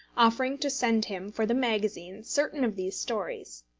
offering to send him for the magazine certain of these stories.